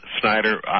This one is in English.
Snyder